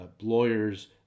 lawyers